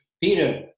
Peter